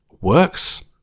works